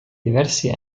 diversi